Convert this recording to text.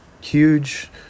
huge